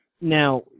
Now